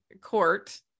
court